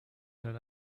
that